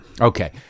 Okay